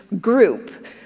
group